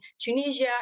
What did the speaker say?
Tunisia